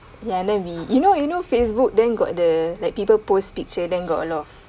ya and then we you know you know facebook then got the like people post picture then got a lot of